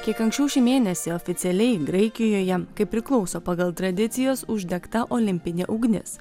kiek anksčiau šį mėnesį oficialiai graikijoje kaip priklauso pagal tradicijas uždegta olimpinė ugnis